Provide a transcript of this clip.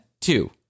two